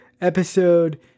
episode